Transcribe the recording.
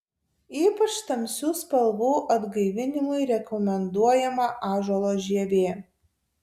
ypač tamsių spalvų atgaivinimui rekomenduojama ąžuolo žievė